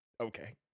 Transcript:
Okay